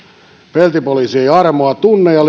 peltipoliisi ei armoa tunne ja